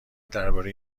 درباره